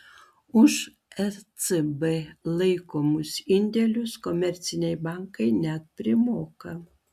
už ecb laikomus indėlius komerciniai bankai net primoka